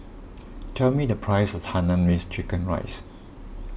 tell me the price of Hainanese Chicken Rice